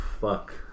fuck